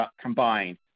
combined